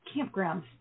campgrounds